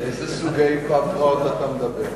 על איזה סוגי הפרעות אתה מדבר,